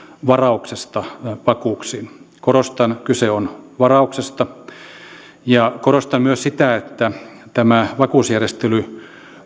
varauksesta vakuuksiin korostan kyse on varauksesta korostan myös sitä että tämä vakuusjärjestely